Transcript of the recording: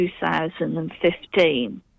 2015